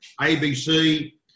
ABC